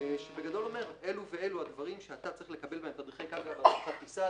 שבגדול אומרים מה הדברים שצריך לקבל עליהם תדריכי קרקע והדרכת טיסה,